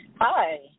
Hi